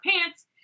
pants